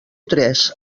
tres